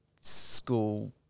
school